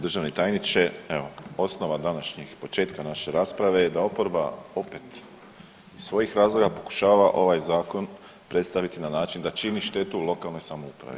Državni tajniče, evo, osnova današnjih, početka naše rasprave da oporba opet iz svojih razloga pokušava ovaj Zakon predstaviti na način da čini štetu lokalnoj samoupravi.